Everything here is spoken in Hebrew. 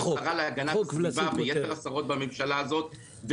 השרה להגנת הסביבה ויתר השרות בממשלה הזאת,